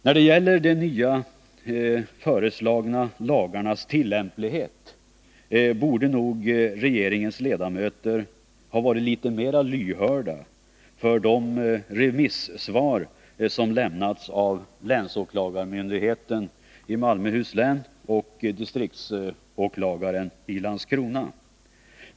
När det gäller de nya lagarnas tillämplighet borde nog regeringens ledamöter ha varit litet mera lyhörda för de remissvar som lämnats av länsåklagarmyndigheten i Malmöhus län och distriktsåklagaren i Landskrona.